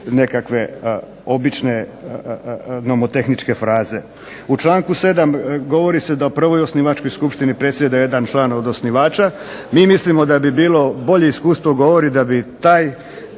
nekakve obične nomotehničke fraze. U članku 7. govori se da prvoj osnivačkoj skupštini predsjeda jedan član od osnivača. Mi mislimo da bi bilo, bolje iskustvo govori da bi taj